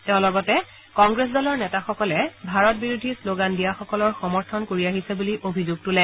তেওঁ লগতে কংগ্ৰেছ দলৰ নেতাসকলে ভাৰত বিৰোধী শ্লোগান দিয়াসকলৰ সমৰ্থন কৰি আহিছে বুলি অভিযোগ তোলে